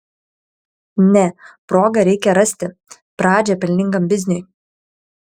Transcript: ne progą reikia rasti pradžią pelningam bizniui